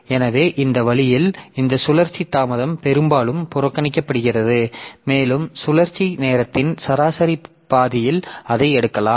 எனவே இந்த வழியில் இந்த சுழற்சி தாமதம் பெரும்பாலும் புறக்கணிக்கப்படுகிறது மேலும் சுழற்சி நேரத்தின் சராசரி பாதியில் அதை எடுக்கலாம்